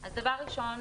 אז דבר ראשון,